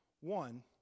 One